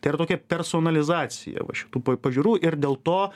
tai yra tokia personalizacija va šitų pažiūrų ir dėl to